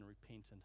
repentant